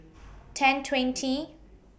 ten twenty